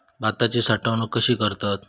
भाताची साठवूनक कशी करतत?